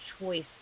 choice